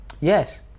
Yes